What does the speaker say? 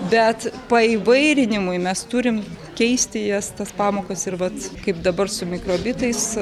bet paįvairinimui mes turim keisti jas tas pamokas ir vat kaip dabar su mikrobitais